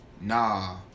nah